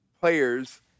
players